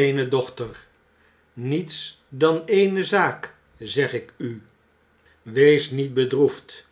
eene dochter niets dan eene zaak zeg ik u wees niet bedroefd